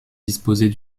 disposait